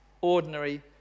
ordinary